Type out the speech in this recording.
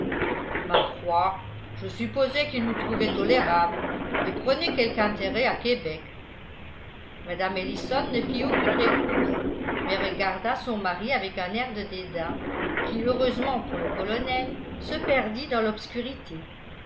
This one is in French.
ma foi je supposais qu'il nous trouvait tolérables et prenait quelque intérêt à québec mme ellison ne fit aucune réponse mais regarda son mari avec un air de dédain qui heureusement pour le colonel se perdit dans l'obscurité